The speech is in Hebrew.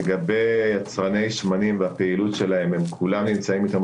לגבי יצרני שמנים והפעילות שלכם - כמעט כולם נמצאים אתנו